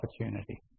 opportunity